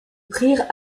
prirent